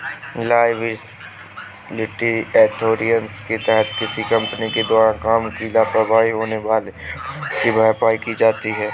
liability insurance के तहत किसी कंपनी के द्वारा काम की लापरवाही से होने वाले नुकसान की भरपाई की जाती है